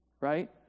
right